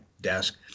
desk